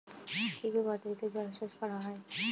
কি কি পদ্ধতিতে জলসেচ করা হয়?